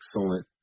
excellent